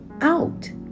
out